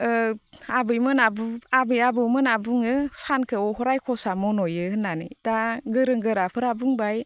आबै आबैमोना बुङो सानखौ रायख'सा मन'यो होननानै दा गोरों गोराफोरा बुंबाय